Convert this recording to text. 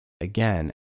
again